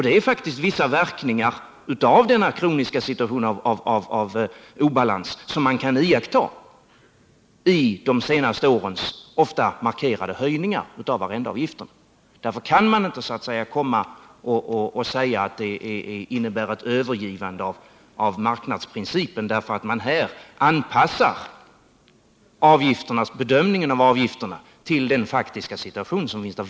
Det är faktiskt vissa verkningar av denna kroniska situation av obalans som man kan iaktta i de senaste årens ofta markerade höjningar av arrendeavgifterna. Därför kan man inte säga att det är fråga om ett övergivande av marknadsprincipen, när man anpassar bedömningen av avgifterna till den faktiska situation som föreligger.